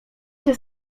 się